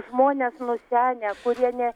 žmonės nusenę kurie ne